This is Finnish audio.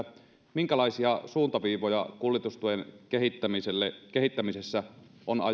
minkälaisia suuntaviivoja kuljetustuen kehittämisessä on ajateltu